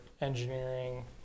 engineering